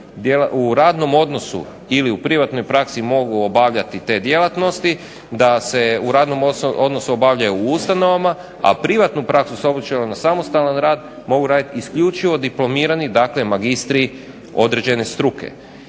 u radnom odnosu ili u privatnoj praksi mogu obavljati te djelatnosti da se u radnom odnosu obavljaju u ustanovama, a privatnu praksu s ... na samostalan rad mogu raditi isključivo diplomirani magistri određene struke.